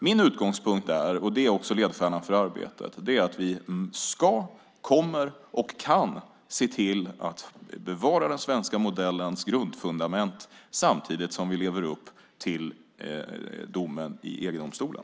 Min utgångspunkt är - det är också ledstjärnan för arbetet - att vi ska, kommer att och kan se till att bevara den svenska modellens grundfundament samtidigt som vi lever upp till domen i EG-domstolen.